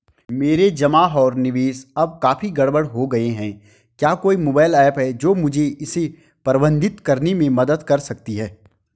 मेरे जमा और निवेश अब काफी गड़बड़ हो गए हैं क्या कोई मोबाइल ऐप है जो मुझे इसे प्रबंधित करने में मदद कर सकती है?